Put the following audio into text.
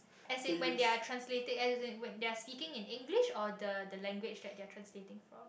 as in when they are translating as in when they are speaking in English or the the language they are translating from